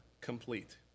complete